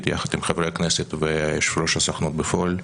יחד עם חברי הכנסת ויושב-ראש הסוכנות בפועל,